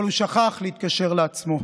אבל הוא שכח להתקשר לעצמו.